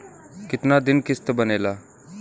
कितना दिन किस्त बनेला?